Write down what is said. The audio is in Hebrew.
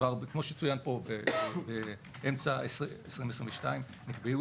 כבר באמצע 2022, נקבעו